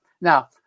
Now